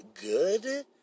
good